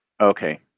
Okay